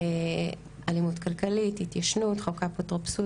אלימות כלכלית, התיישנות, חוק האפוטרופסות.